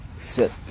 sit